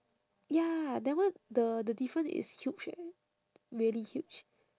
ya that one the the different is huge eh really huge